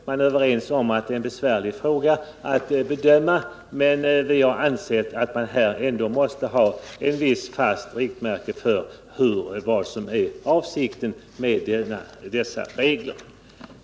Man är överens om att frågan är besvärlig att bedöma, men vi har ansett att man ändå måste ha ett fast riktmärke för vad som är avsikten med dessa regler.